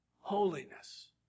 Holiness